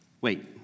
wait